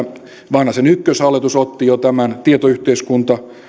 vanhasen ykköshallitus otti jo tämän tietoyhteiskunta